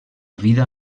vida